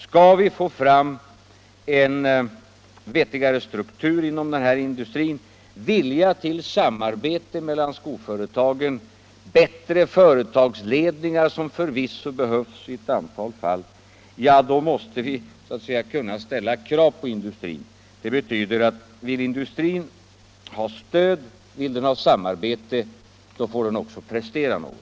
Skall vi få fram en vettigare struktur inom den här industrin, en vilja till samarbete mellan skoföretagen och bättre företagsledningar — vilket förvisso också behövs i ett antal fall — måste vi så att säga kunna ställa krav på industrin. Det betyder att om industrin vill ha stöd och samarbete får den också lov att prestera något.